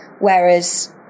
whereas